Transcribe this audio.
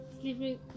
sleeping